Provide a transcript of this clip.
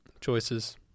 choices